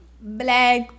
Black